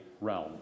realm